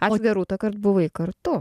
ačiū gerūta kad buvai kartu